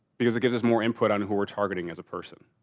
because it gives us more input on who we're targeting as a person.